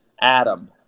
Adam